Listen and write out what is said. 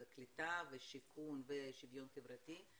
זה קליטה ושיכון ושוויון חברתי,